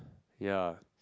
ya